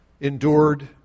endured